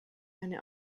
eine